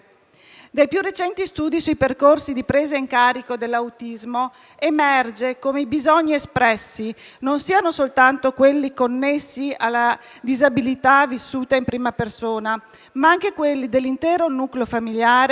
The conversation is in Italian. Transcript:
Dai più recenti studi sui percorsi di presa in carico dell'autismo emerge come i bisogni espressi siano non soltanto quelli connessi alla disabilità vissuta in prima persona, ma anche quelli dell'intero nucleo familiare,